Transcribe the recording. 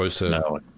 No